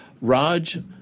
Raj